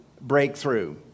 breakthrough